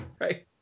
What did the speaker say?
Right